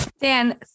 Dan